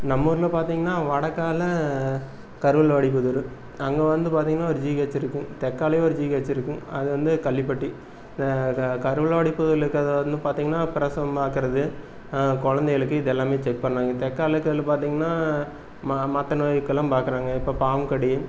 நம்ம ஊரில் பார்த்திங்கன்னா வடக்கால் கருவல்வாடிப்புதூரு அங்கே வந்து பார்த்திங்கன்னா ஒரு ஜிஹச் இருக்கும் தெற்காலயே ஒரு ஜிஹச் இருக்கும் அது வந்து கள்ளிப்பட்டி இப்போ இந்த கருவல்வாடிப்புதூர்ல இருக்கிறது வந்து பார்த்திங்கன்னா பிரசவம் பார்க்கறது குழந்தைகளுக்கு இதெல்லாமே செக் பண்ணுவாங்கள் தெற்கால இருக்கிறது பார்த்திங்கன்னா ம மற்ற நோய்க்கெலாம் பார்க்குறாங்க இப்போ பாம்பு கடி